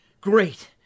Great